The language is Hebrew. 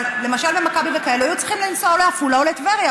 אבל למשל במכבי וכאלה היו צריכים לנסוע או לעפולה או לטבריה.